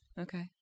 Okay